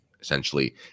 essentially